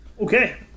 Okay